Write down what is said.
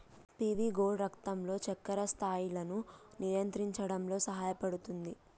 PV గోర్డ్ రక్తంలో చక్కెర స్థాయిలను నియంత్రించడంలో సహాయపుతుంది